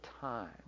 time